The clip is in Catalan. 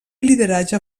lideratge